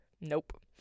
Nope